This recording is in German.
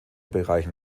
bereichen